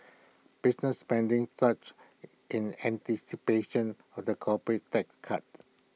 business spending surged in anticipation of the corporate tax cuts